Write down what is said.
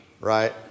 right